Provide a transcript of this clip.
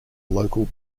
local